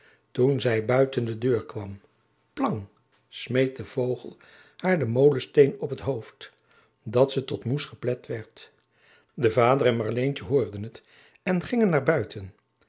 toen zij buiten de deur kwam plang smeet de vogel haar den molensteen op het hoofd dat ze tot moes geplet werd de vader en marleentje hoorden het en gingen naar buiten